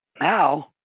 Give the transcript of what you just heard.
now